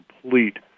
complete